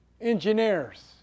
engineers